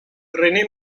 rené